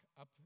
up